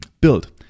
build